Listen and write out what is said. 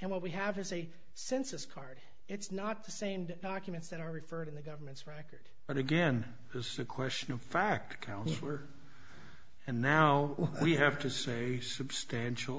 and what we have is a census card it's not the same documents that are referred in the government's record but again it's a question of fact accounted for and now we have to say substantial